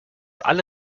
alle